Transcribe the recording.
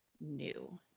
new